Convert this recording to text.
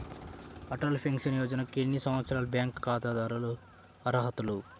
Atal pension యోజనకు ఎన్ని సంవత్సరాల బ్యాంక్ ఖాతాదారులు అర్హులు?